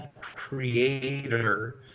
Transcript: creator